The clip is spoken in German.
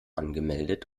angemeldet